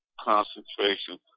concentration